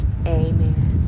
Amen